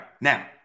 now